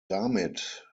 damit